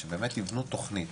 שבאמת יבנו תכנית